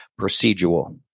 procedural